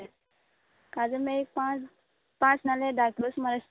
काजो मे पांच पांच नाले धा किल सुमार